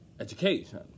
education